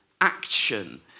action